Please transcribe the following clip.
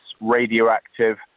radioactive